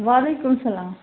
وعلیکُم السَلام